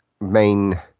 main